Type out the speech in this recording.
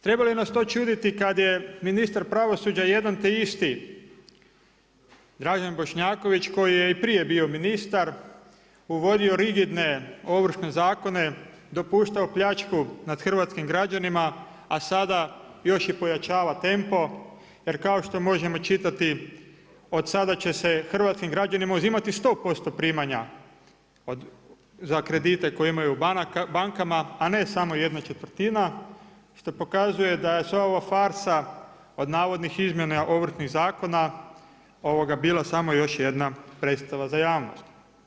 Treba li nas to čuditi kad je ministar pravosuđa jedan te isti Dražen Bošnjaković koji je i prije bio ministar, uvodio rigidne ovršne zakone, dopuštao pljačku nad hrvatskim građanima, a sada još i pojačava tempo jer kao što možemo čitati od sada će se hrvatskim građanima uzimati 100% primanja za kredite koje imaju u bankama, a ne samo ¼, što pokazuje da je sve ovo farsa od navodnih izmjena ovršnih zakona bila samo još jedna predstava za javnost.